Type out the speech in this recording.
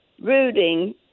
rooting